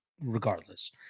regardless